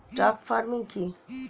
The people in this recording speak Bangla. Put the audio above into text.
ট্রাক ফার্মিং কি?